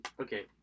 okay